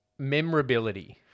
Memorability